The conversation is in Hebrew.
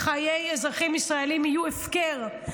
וחיי אזרחים ישראלים יהיו הפקר.